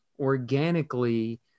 organically